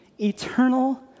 eternal